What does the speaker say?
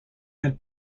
had